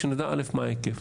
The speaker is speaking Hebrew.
שנדע מה ההיקף.